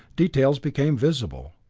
details became visible.